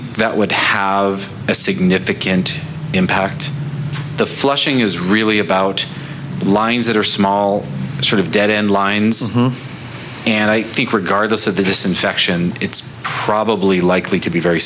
that would have a significant impact the flushing is really about lines that are small sort of dead end lines and i think regardless of the disinfection it's probably likely to be very